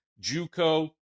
Juco